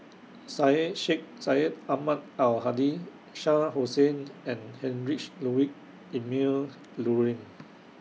Syed Sheikh Syed Ahmad Al Hadi Shah Hussain and Heinrich Ludwig Emil Luering